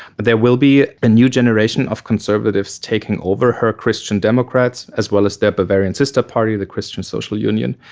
there will be a new generation of conservatives taking over her christian democrats as well as their bavarian sister party, the christian social union,